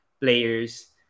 players